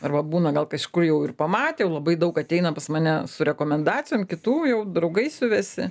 arba būna gal kažkur jau ir pamatę jau labai daug ateina pas mane su rekomendacijom kitų jau draugai siuvęsi